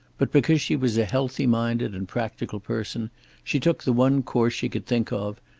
but because she was a healthy-minded and practical person she took the one course she could think of,